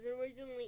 originally